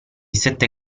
sette